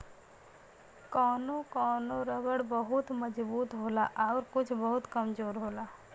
कौनो कौनो रबर बहुत मजबूत होला आउर कुछ बहुत कमजोर होला